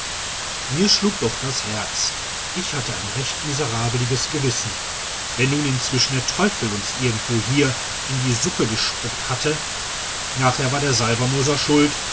mir schlug doch das herz ich hatte ein recht miserabliges gewissen wenn nun inzwischen der teufel uns irgendwo hier in die suppe gespuckt hatte nachher war der salvermoser schuld